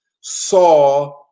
saw